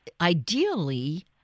ideally